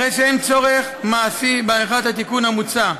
הרי שאין צורך מעשי בעריכת התיקון המוצע,